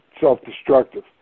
self-destructive